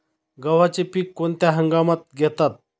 गव्हाचे पीक कोणत्या हंगामात घेतात?